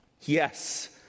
yes